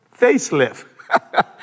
facelift